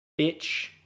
bitch